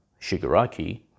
Shigaraki